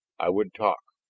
i would talk